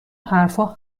حرفها